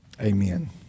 amen